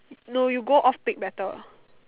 no you go off peak better